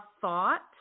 thought